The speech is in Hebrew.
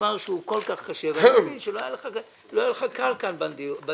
בדבר שהוא כל כך קשה ואני מבין שלא היה לך קל כאן בדיון,